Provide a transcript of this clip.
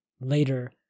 Later